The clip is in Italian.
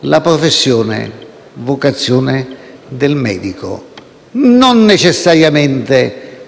la professione-vocazione del medico; e non necessariamente dello